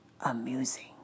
amusing